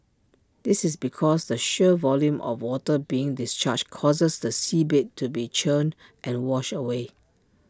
this is because the sheer volume of water being discharged causes the seabed to be churned and washed away